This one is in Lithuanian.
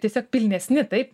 tiesiog pilnesni taip